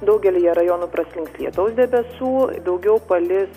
daugelyje rajonų praslinks lietaus debesų daugiau palis